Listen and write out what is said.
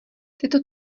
tyto